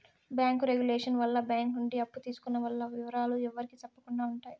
bank regulation వల్ల bank నుండి అప్పు తీసుకున్న వాల్ల ఇవరాలు ఎవరికి సెప్పకుండా ఉంటాయి